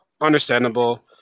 Understandable